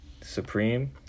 Supreme